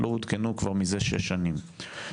לא עודכנו מזה שש שנים.